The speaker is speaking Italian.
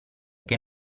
che